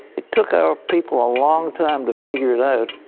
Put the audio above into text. it took our people a long time to figure it out,